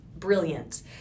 brilliant